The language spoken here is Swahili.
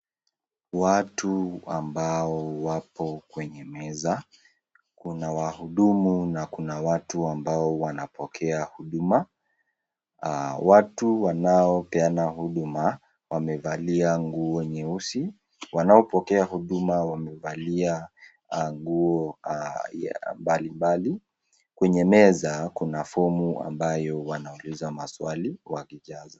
Watu ambao wapo kwenye meza. Kuna wahudumu na kuna watu ambao wanapokea huduma. Watu wanaopeana huduma wamevalia nguo nyeusi. Wanaopokea huduma wamevalia nguo mbalimbali. Kwenye meza kuna fomu ambayo wanauliza maswali wakijaza.